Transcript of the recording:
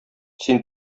син